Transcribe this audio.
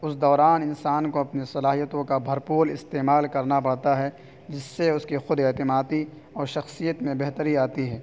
اس دوران انسان کو اپنی صلاحیتوں کا بھرپول استعمال کرنا پڑتا ہے جس سے اس کی خود اعتمادی اور شخصیت میں بہتری آتی ہے